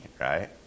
right